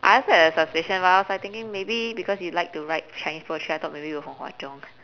I also had a suspicion but I was like thinking maybe because you liked to write chinese poetry I thought maybe you were from hwa chong